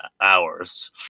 hours